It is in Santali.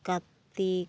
ᱠᱟᱨᱛᱤᱠ